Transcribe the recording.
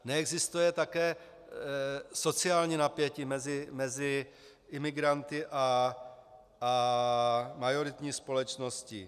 Neexistuje také sociální napětí mezi imigranty a majoritní společností.